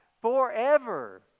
forever